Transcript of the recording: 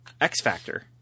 X-Factor